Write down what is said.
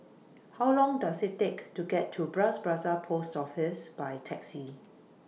How Long Does IT Take to get to Bras Basah Post Office By Taxi